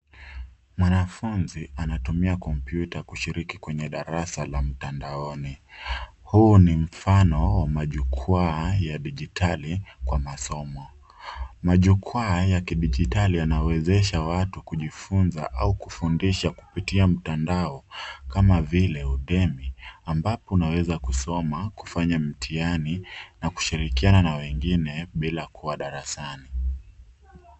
Mwanafunzi anatumia kompyuta kushiriki kwenye darasa la mtandaoni huu ni mfano wa majukwaa ya dijitali kwa masomo ,majukwaa ya kidijitali yanawezasha watu kujifunza au kufundisha kupitia mtandao kama vile odemi , ambapo unaweza kusoma kufanya mtihani na kushirikiana na wengine bila kuwa darasani.